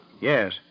Yes